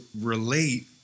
relate